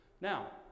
Now